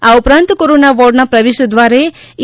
આ ઉપરાંત કોરોના વોર્ડના પ્રવેશ દ્વારે ઇ